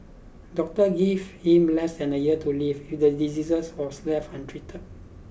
doctors give him less than a year to live if the disease was left untreated